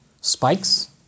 spikes